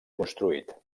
construït